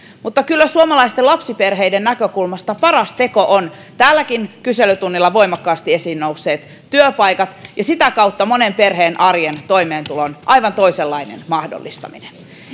mutta kyllä suomalaisten lapsiperheiden näkökulmasta paras teko on tälläkin kyselytunnilla voimakkaasti esiin nousseet työpaikat ja sitä kautta monen perheen arjen toimeentulon aivan toisenlainen mahdollistaminen